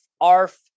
arf